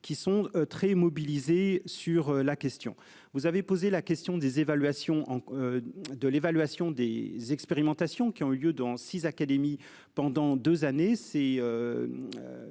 qui sont très mobilisés sur la question, vous avez posé la question des évaluations en. De l'évaluation des expérimentations qui ont eu lieu dans 6 académies pendant 2 années